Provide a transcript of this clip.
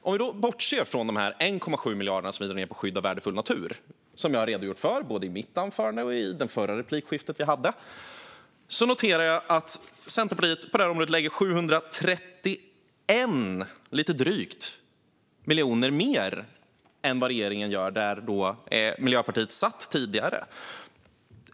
Om vi bortser från de 1,7 miljarder som vi drar ned med på skydd av värdefull natur - som jag har redogjort för både i mitt anförande och i det förra replikskiftet - noterar jag att Centerpartiet på detta område lägger lite drygt 731 miljoner mer än vad regeringen gör, där ju Miljöpartiet satt tidigare.